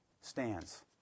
stands